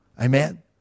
Amen